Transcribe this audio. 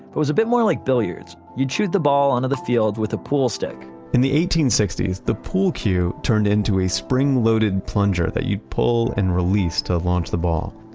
but was a bit more like billiards. you'd shoot the ball under the field with a pool stick in the eighteen sixty s the pool cue turned into a spring-loaded plunger that you'd pull and release to launch the ball.